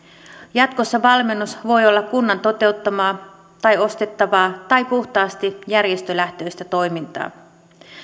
jatkossa valmennus voi olla kunnan toteuttamaa tai ostettavaa tai puhtaasti järjestölähtöistä toimintaa